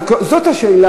50%. היום הגעת למצב,